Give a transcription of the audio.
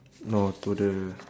no to the